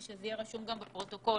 ושזה יהיה רשום גם בפרוטוקול